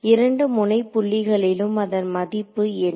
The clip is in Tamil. இரண்டு முனை புள்ளிகளிலும் அதன் மதிப்பு என்ன